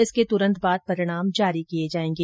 इसके तुरंत बाद परिणाम जारी किये जायेंगे